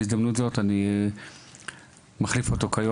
לבקשתו של חבר הכנסת פינדרוס, אני מחליף אותו.